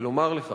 ולומר לך